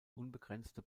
unbegrenzte